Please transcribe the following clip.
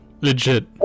legit